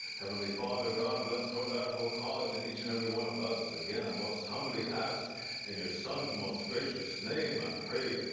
heavenly father god bless north that whole college and each and every one of us. again, i must humbly ask in your son's most gracious name i pray.